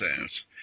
out